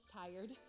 tired